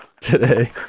Today